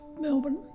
Melbourne